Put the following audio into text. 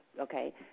okay